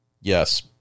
yes